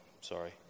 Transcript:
sorry